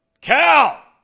Cal